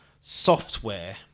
Software